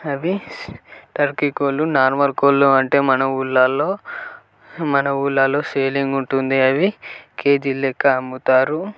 అవి స టర్కీ కోళ్ళు నార్మల్ కోళ్ళు అంటే మన ఊళ్ళల్లో మన ఊళ్ళల్లో సెల్లింగ్ ఉంటుంది అవి కేజీల లెక్కన అమ్ముతారు